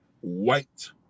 white